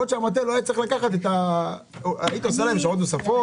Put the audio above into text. עוד אמר המבקר שבמקרים מסוימים ציינו שתוספות